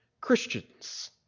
Christians